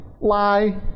Lie